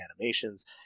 animations